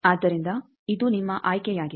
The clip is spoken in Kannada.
ಆದ್ದರಿಂದ ಇದು ನಿಮ್ಮ ಆಯ್ಕೆಯಾಗಿದೆ